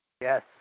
Yes